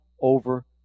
over